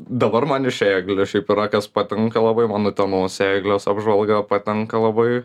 dabar man iš eglių šiaip yra kas patinka labai man utenos eglės apžvalga o patinka labai